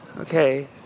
Okay